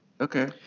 Okay